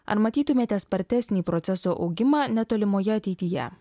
ar matytumėte spartesnį proceso augimą netolimoje ateityje